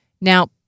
Now